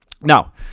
Now